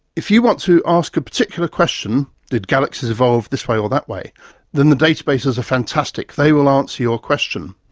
if you want to ask a particular question did galaxies evolve this way or that way then the databases are fantastic, they will answer your question,